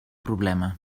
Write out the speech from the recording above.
problema